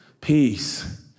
peace